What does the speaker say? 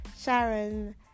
Sharon